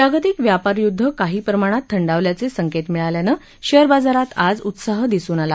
जागतिक व्यापारय्दध काही प्रमाणात थंडावल्याचे संकेत मिळाल्यानं शेअर बाजारात आज उत्साह दिसून आला